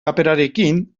paperarekin